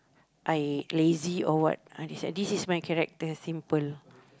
I lazy or what ah this is my character simple